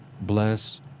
Bless